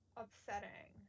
upsetting